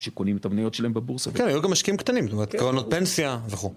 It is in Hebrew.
שקונים את המניות שלהם בבורסאות. כן, היו גם משקיעים קטנים, זאת אומרת, קרנות פנסיה וכו'.